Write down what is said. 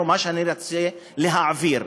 ומה שאני רוצה להעביר,